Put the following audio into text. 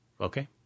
Okay